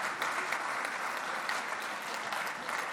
(מחיאות כפיים)